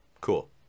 cool